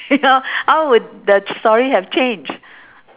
how would the ch~ story have changed